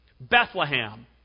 Bethlehem